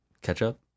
ketchup